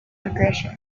aggression